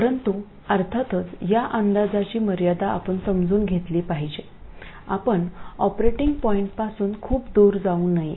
परंतु अर्थातच या अंदाजाची मर्यादा आपण समजून घेतली पाहिजे आपण ऑपरेटिंग पॉईंटपासून खूप दूर जाऊ नये